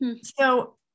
So-